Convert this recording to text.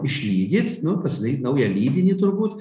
išlydyt nu pasidaryt naują lydinį turbūt